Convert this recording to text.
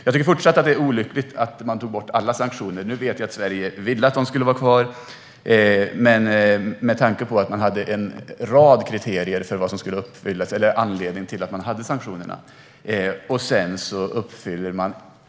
Jag tycker fortsatt att det är olyckligt att man tog bort alla sanktioner med tanke på anledningen till sanktionerna och att man hade en rad kriterier för vad som skulle uppfyllas, även om jag vet att Sverige ville att sanktionerna skulle vara kvar.